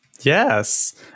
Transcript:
Yes